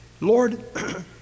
Lord